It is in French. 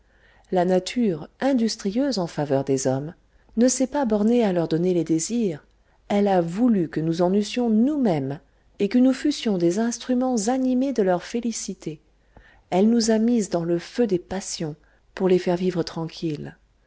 la nature industrieuse en faveur des hommes ne s'est pas bornée à leur donner les désirs elle a voulu que nous en eussions nous-mêmes et que nous fussions des instruments animés de leur félicité elle nous a mises dans le feu des passions pour les faire vivre tranquilles